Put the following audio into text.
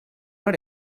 hora